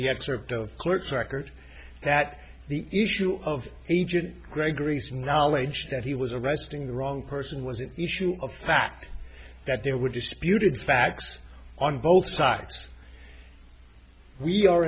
the excerpt of court's record that the issue of agent gregory's knowledge that he was arresting the wrong person was an issue of fact that there were disputed facts on both sides we are